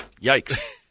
Yikes